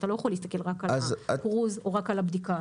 אתה לא יכול להסתכל רק על הקרוז ורק על הבדיקה,